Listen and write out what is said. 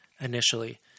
initially